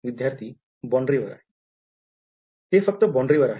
विद्यार्थी बॉण्ड्री ते फक्त बॉण्ड्री वर आहे